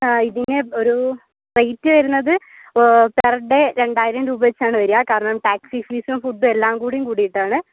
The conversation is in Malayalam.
ഇതിന് ഒരു റേറ്റ് വരുന്നത് പെർ ഡേ രണ്ടായിരം രൂപവച്ചാണ് വരിക കാരണം ടാക്സി ഫീസും ഫുഡും എല്ലാം കൂടി കൂടിയിട്ടാണ്